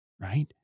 right